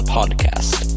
Podcast